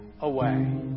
away